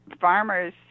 Farmers